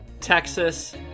Texas